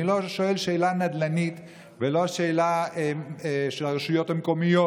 אני לא שואל שאלה נדל"נית ולא שאלה של רשויות מקומיות,